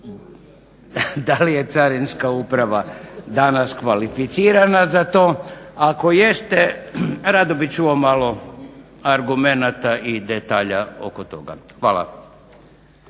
Da li je Carinska uprava danas kvalificirana za to? ako jeste rado ću vam malo argumenata i detalja oko toga. Hvala.